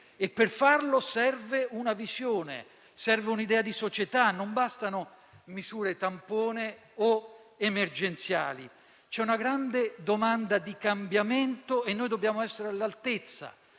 per farlo, serve una visione, un'idea di società, non bastano misure tampone o emergenziali. C'è una grande domanda di cambiamento e noi dobbiamo esserne all'altezza.